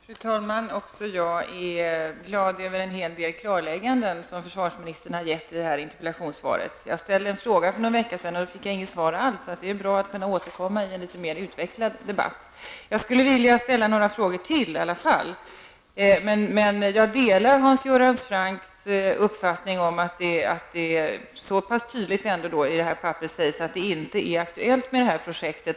Fru talman! Även jag är glad över en hel del klarlägganden som försvarsministern har gjort i interpellationssvaret. För någon vecka sedan ställde jag en fråga, men då fick jag inget svar alls. Därför är det bra att kunna återkomma i en något mer utvecklad debatt. Jag skall ställa ytterligare några frågor. Jag delar Hans Göran Francks uppfattning -- och det sägs också i nämnda handling -- att det av många skäl inte är aktuellt med detta projekt.